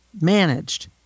managed